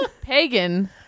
Pagan